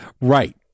Right